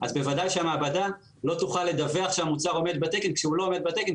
אז בוודאי שהמעבדה לא תוכל לדווח שהמוצר עומד בתקן כשהוא לא עומד בתקן,